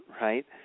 right